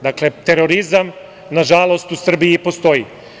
Dakle, terorizam, nažalost, u Srbiji postoji.